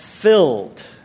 filled